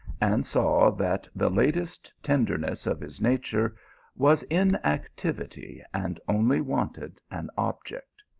and saw that the latent tenderness of his nature was in activ ity, and only wanted an object.